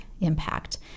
impact